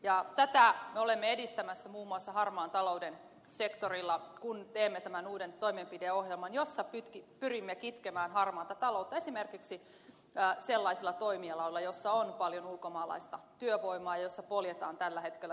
tätä me olemme edistämässä muun muassa harmaan talouden sektorilla kun teemme tämän uuden toimenpideohjelman jossa pyrimme kitkemään harmaata taloutta esimerkiksi sellaisilla toimialoilla joilla on paljon ulkomaalaista työvoimaa joilla poljetaan tällä hetkellä työehtosopimuksia